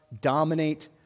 dominate